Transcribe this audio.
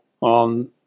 on